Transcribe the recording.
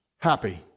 happy